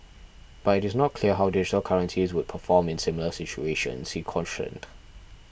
but it is not clear how digital currencies would perform in similar situations he cautioned